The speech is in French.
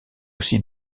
aussi